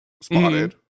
spotted